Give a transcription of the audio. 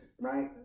right